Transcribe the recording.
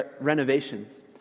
renovations